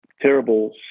terrible